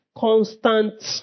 Constant